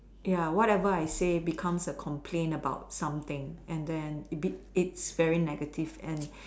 ya whatever I say becomes a complaint about something and then it be it's very negative and